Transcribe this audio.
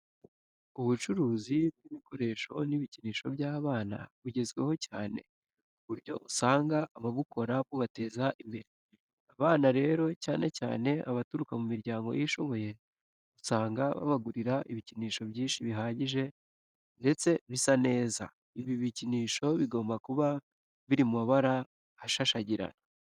Ubucuruzi bw'ibikoresho n'ibikinisho by'abana bugezweho cyane, ku buryo usanga ababukora bubateza imbere. Abana rero cyane cyane abaturuka mu miryango yishoboye usanga babagurira ibikinisho byinshi bihagije ndetse bisa neza. Ibi bikinisho bigomba kuba biri mu mabara ashashagirana.